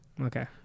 okay